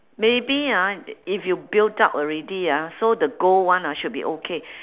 maybe ah i~ if you built up already ah so the gold one uh should be okay